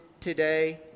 today